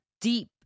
deep